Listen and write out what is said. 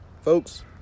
Folks